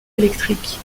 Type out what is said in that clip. électrique